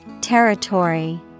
Territory